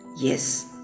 Yes